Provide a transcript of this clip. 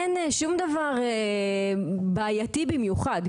אין שום דבר בעייתי במיוחד.